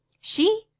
She